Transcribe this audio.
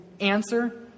answer